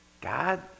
God